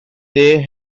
they